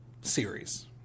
series